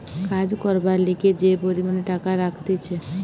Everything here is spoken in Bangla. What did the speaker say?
কাজ করবার লিগে যে পরিমাণে টাকা রাখতিছে